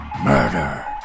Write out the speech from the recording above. Murder